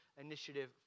initiative